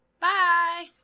Bye